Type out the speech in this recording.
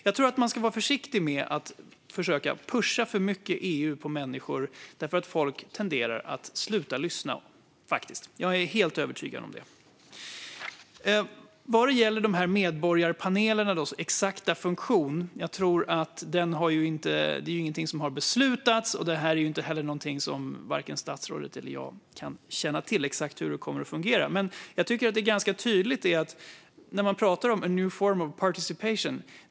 Jag tror att man ska vara försiktig med att försöka pusha för mycket EU på människor. Människor tenderar faktiskt att sluta att lyssna. Jag är helt övertygad om det. Vad gäller medborgarpanelernas exakta funktion är det ingenting som har beslutats. Exakt hur det kommer att fungera är inte heller någonting som vare sig statsrådet eller jag kan känna till. Man talar om a new form of participation.